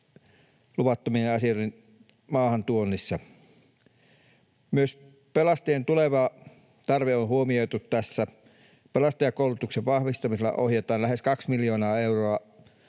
luvattomien asioiden maahantuonnissa. Myös pelastajien tuleva tarve on huomioitu tässä. Pelastajakoulutuksen vahvistamiseen ohjataan lähes 2 miljoonaa euroa